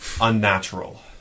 unnatural